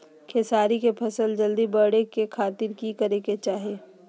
खेसारी के फसल जल्दी बड़े के खातिर की करे के चाही?